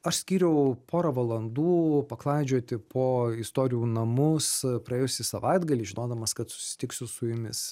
aš skyriau porą valandų paklaidžioti po istorijų namus praėjusį savaitgalį žinodamas kad susitiksiu su jumis